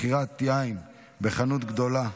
מכירת יין בחנות גדולה),